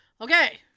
Okay